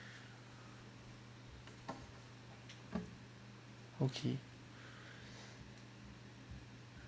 okay